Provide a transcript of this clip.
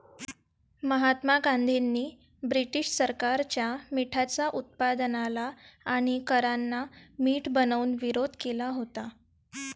महात्मा गांधींनी ब्रिटीश सरकारच्या मिठाच्या उत्पादनाला आणि करांना मीठ बनवून विरोध केला होता